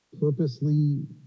purposely